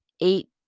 eight